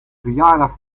verjaardag